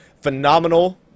phenomenal